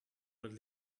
would